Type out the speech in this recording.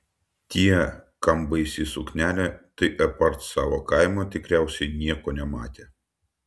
tie kam baisi suknelė tai apart savo kaimo tikriausiai nieko nematė